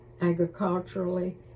agriculturally